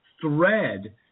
thread